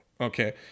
okay